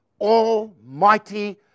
almighty